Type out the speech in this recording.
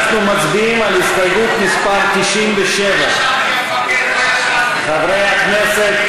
אנחנו מצביעים על הסתייגות מס' 97. חברי הכנסת,